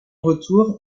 retour